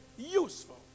useful